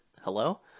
Hello